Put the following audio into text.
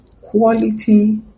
quality